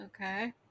okay